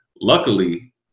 Luckily